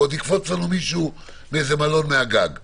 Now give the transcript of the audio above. ועוד יקפוץ לנו מישהו מאיזה מלון מהגג.